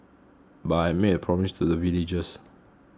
but I made promise to the villagers